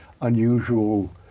unusual